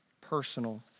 personal